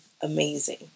amazing